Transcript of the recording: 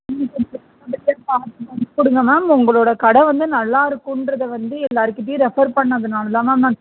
பார்த்து பண்ணி கொடுங்க மேம் உங்களோட கடை வந்து நல்லா இருக்குன்றதை வந்து எல்லார்க்கிட்டேயும் ரெஃபர் பண்ணதுனாலதான் மேம்